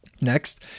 Next